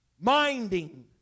minding